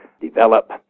develop